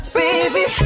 baby